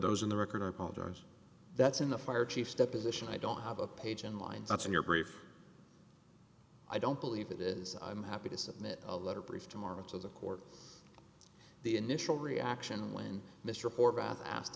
those in the record are posters that's in the fire chief deposition i don't have a page in lines that's in your brief i don't believe it is i'm happy to submit a letter brief tomorrow to the court the initial reaction when mr